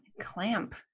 clamp